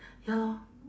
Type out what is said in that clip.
ya lor